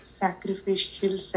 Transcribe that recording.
sacrificial